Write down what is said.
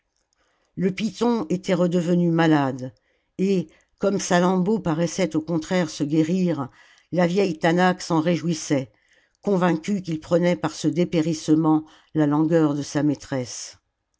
le python était redevenu malade et comme salammbô paraissait au contraire se guérir la vieille taanach s'en réjouissait convaincue qu'il prenait par ce dépérissement la langueur de sa maîtresse